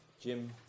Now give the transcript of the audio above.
Jim